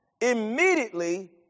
immediately